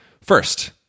First